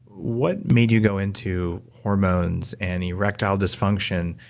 what made you go into hormones and erectile dysfunction,